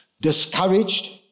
discouraged